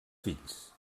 fills